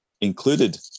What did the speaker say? included